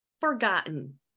forgotten